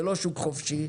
זה לא שוק חופשי.